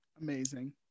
Amazing